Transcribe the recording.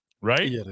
right